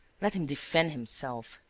let him defend himself.